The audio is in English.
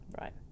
Right